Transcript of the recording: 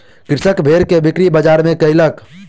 कृषक भेड़ के बिक्री बजार में कयलक